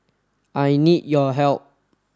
I need your help